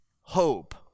hope